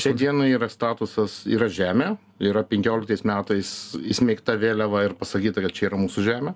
šiai dienai yra statusas yra žemė yra penkioliktais metais įsmeigta vėliava ir pasakyta kad čia yra mūsų žemė